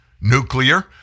nuclear